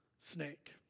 snake